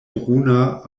bruna